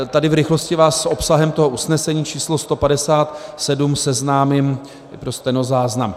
Tady vás v rychlosti s obsahem toho usnesení číslo 157 seznámím pro stenozáznam: